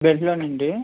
బెల్ట్లోనండి